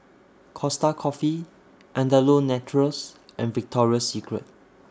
Costa Coffee Andalou Naturals and Victoria Secret